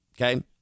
okay